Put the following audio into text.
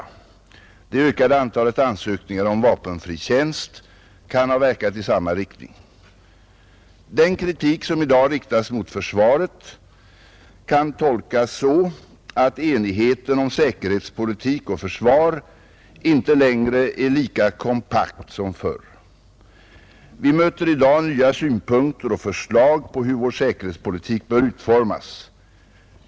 Det ökande antalet ansökningar om vapenfri tjänst kan ha verkat i samma riktning. Den kritik som i dag riktas mot försvaret kan tolkas så att enigheten om säkerhetspolitik och försvar inte längre är lika kompakt som förr. Vi möter i dag nya synpunkter och förslag på hur vår säkerhetspolitik bör utformas.